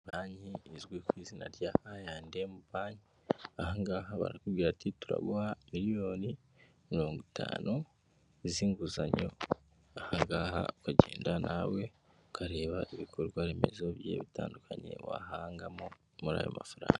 Banki izwi ku izina rya I&M Banki aha ngaha barakubwira ati <<turaguha miliyoni mirongo itanu z'inguzanyo,>> aha ngaha ukagenda nawe ukareba ibikorwa remezo bigiye bitandukanye wahangamo muri ayo mafaranga.